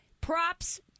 Props